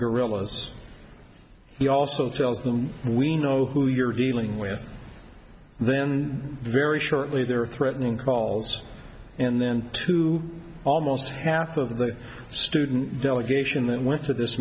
guerrillas he also tells them we know who you're dealing with and then very shortly there are threatening calls and then to almost half of the student delegation that went to this